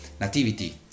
Nativity